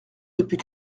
depuis